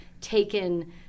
taken